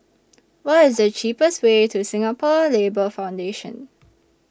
What IS The cheapest Way to Singapore Labour Foundation